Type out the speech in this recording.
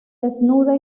desnuda